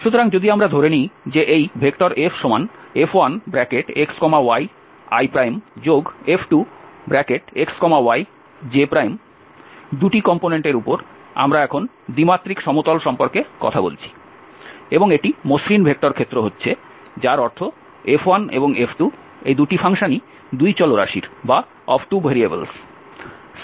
সুতরাং যদি আমরা ধরে নিই যে এই FF1xyiF2xyj 2 টি কম্পোনেন্টের উপর আমরা এখন 2 মাত্রিক সমতল সম্পর্কে কথা বলছি এবং একটি মসৃণ ভেক্টর ক্ষেত্র হচ্ছে যার অর্থ F1 এবং F2 এই 2 টি ফাংশনই দুই চলরাশির C1 ফাংশন